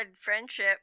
friendship